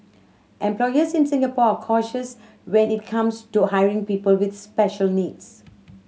employers in Singapore are cautious when it comes to hiring people with special needs